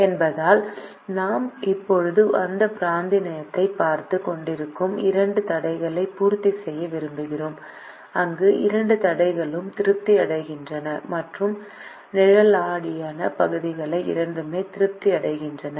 என்பதால் நாம் இப்போது அந்த பிராந்தியத்தைப் பார்த்துக் கொண்டிருக்கும் இரண்டு தடைகளையும் பூர்த்தி செய்ய விரும்புகிறோம் அங்கு இரண்டு தடைகளும் திருப்தி அடைகின்றன மற்றும் நிழலாடிய பகுதி இரண்டுமே திருப்தி அடைகின்றன